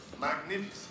Magnificent